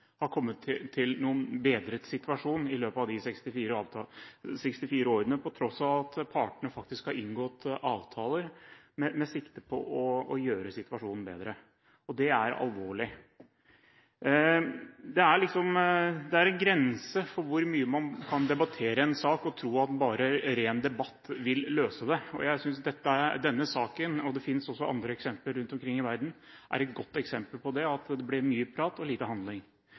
noen bedret situasjon i løpet av de 64 årene, på tross av at partene faktisk har inngått avtaler med sikte på å gjøre situasjonen bedre. Det er alvorlig. Det er en grense for hvor mye man kan debattere en sak og tro at bare ren debatt vil løse det. Jeg synes denne saken – og det finnes også andre eksempler rundt omkring i verden – er et godt eksempel på at det blir mye prat og lite handling.